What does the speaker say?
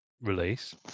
release